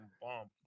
bomb